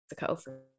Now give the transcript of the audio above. Mexico